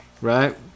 right